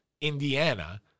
Indiana